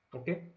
okay